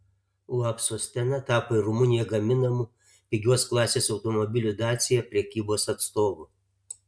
uab sostena tapo ir rumunijoje gaminamų pigios klasės automobilių dacia prekybos atstovu